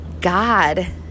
God